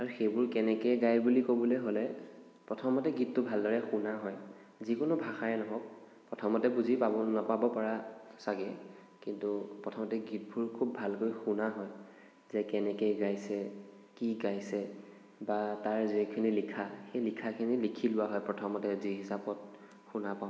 আৰু সেইবোৰ কেনেকৈ গায় বুলি ক'বলৈ হ'লে প্ৰথমতে গীতটো ভালদৰে শুনা হয় যিকোনো ভাষাৰে নহওক প্ৰথমতে বুজি পাব নাপাব পাৰা চাগৈ কিন্তু প্ৰথমতে গীতবোৰ খুব ভালকৈ শুনা হয় যে কেনেকৈ গাইছে কি গাইছে বা তাৰ যিখিনি লিখা সেই লিখাখিনি লিখি লোৱা হয় প্ৰথমতে যি হিচাপত শুনা পাওঁ